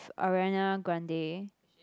Ariana Grande